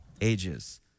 ages